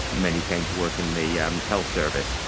many came to work in the yeah um health service.